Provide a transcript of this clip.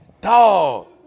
Dog